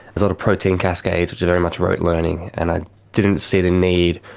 a lot of protein cascades which are very much rote learning and i didn't see the need,